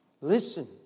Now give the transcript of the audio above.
Listen